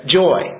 joy